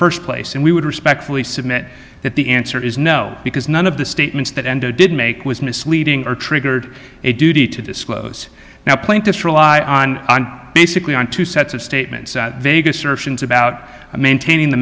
first place and we would respectfully submit that the answer is no because none of the statements that endo did make was misleading or triggered a duty to disclose now plaintiffs rely on basically on two sets of statements that vague assertions about maintaining the